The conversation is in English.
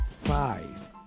five